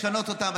לשנות אותם.